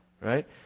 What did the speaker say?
Right